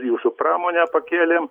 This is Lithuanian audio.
jūsų pramonę pakėlėm